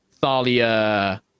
Thalia